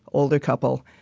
older couple.